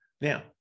Now